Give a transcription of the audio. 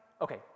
Okay